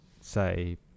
say